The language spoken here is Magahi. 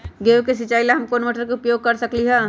गेंहू के सिचाई ला हम कोंन मोटर के उपयोग कर सकली ह?